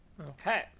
okay